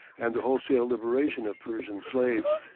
and the wholesale liberation of persian slaves.